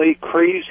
crazy